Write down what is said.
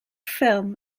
ffilm